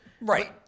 Right